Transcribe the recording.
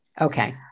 Okay